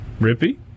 Rippy